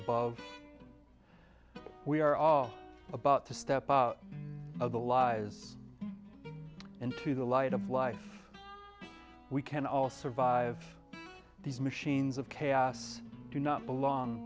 above we are all about to step out of the lies into the light of life we can all survive these machines of chaos do not belong